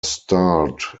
starred